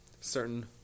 certain